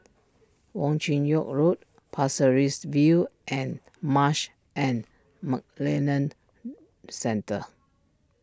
Wong Chin Yoke Road Pasir Ris View and Marsh and McLennan Centre